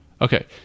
okay